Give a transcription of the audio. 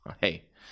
hey